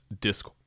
disc